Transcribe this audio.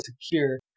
secure